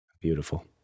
beautiful